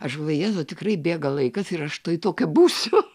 aš va jėzau tikrai bėga laikas ir aš tuoj tokia būsiu